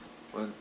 one